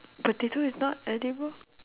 potato is not edible